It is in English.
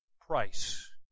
price